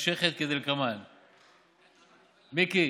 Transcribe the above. מתמשכת כדלקמן, מיקי,